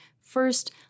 First